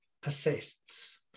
persists